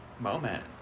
moment